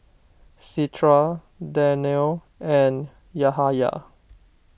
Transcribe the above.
Citra Danial and Yahaya